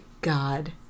god